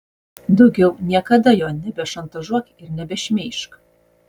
daugiau niekada jo nebešantažuok ir nebešmeižk